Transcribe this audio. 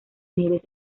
nieves